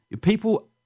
People